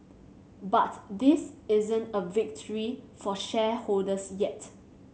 but this isn't a victory for shareholders yet